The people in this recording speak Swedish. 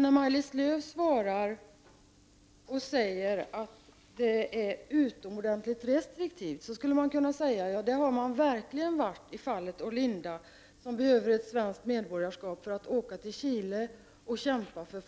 När Maj-Lis Lööw säger att undantagsregler tillämpas mycket restriktivt kan man instämma och säga att så har det verkligen förhållit sig då det gäller fallet med Orlinda, som behöver ett svenskt medborgarskap för att åka till Chile och kämpa för